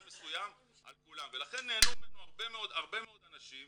מסוים על כולם" ולכן נהנו ממנו הרבה מאוד אנשים